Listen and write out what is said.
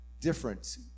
different